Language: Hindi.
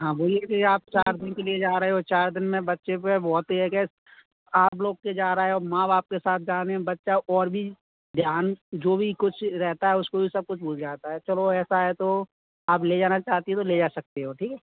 हाँ बोलिए फिर आप चार दिन के लिए जा रहे हो चार दिन में बच्चे पर बहुत ये है कि आप लोग के जा रहे हो माँ बाप के साथ जाने बच्चा और भी ध्यान जो भी कुछ रहता है उसको वो सब कुछ भूल जाता है चलो ऐसा है तो आप ले जाना चाहतीं हों ले जा सकती हो ठीक है